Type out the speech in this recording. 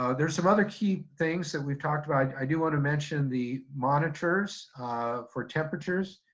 ah there's some other key things that we've talked about. i do want to mention the monitors for temperatures.